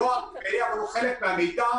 כולו או חלק מהמידע,